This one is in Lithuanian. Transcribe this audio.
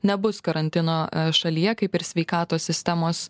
nebus karantino šalyje kaip ir sveikatos sistemos